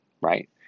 right